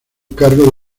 cargo